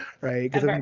right